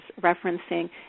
referencing